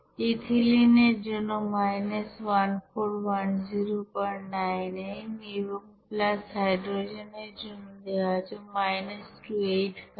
ethylene এর জন্য 141099 এবং হাইড্রোজেন এর জন্য দেওয়া আছে 28584